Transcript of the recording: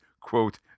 quote